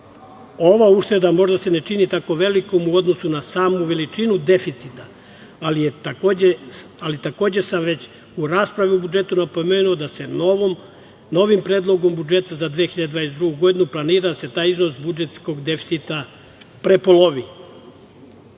Ova ušteda možda se ne čini tako velikom u odnosu na samu veličinu deficita, ali takođe sam već u raspravi o budžetu napomenuo da se novim predlogom budžeta za 2022. godinu planira da se taj iznos budžetskog deficita prepolovi. Kada